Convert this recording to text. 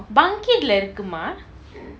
bankit lah இருக்குமா:irukuma